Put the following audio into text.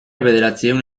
bederatziehun